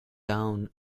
down